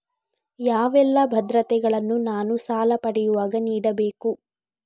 ಯಾವೆಲ್ಲ ಭದ್ರತೆಗಳನ್ನು ನಾನು ಸಾಲ ಪಡೆಯುವಾಗ ನೀಡಬೇಕು?